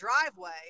driveway